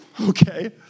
okay